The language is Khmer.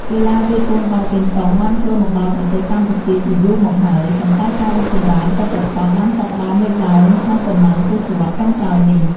កីឡាវាយកូនបាល់ប៉េងប៉ុងបានចូលមកដល់ប្រទេសកម្ពុជាជាយូរមកហើយ ប៉ុន្តែការរីកចម្រើនពិតប្រាកដបានចាប់ផ្ដើមលេចឡើងក្នុងប៉ុន្មានទសវត្សរ៍ចុងក្រោយនេះ។